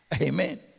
Amen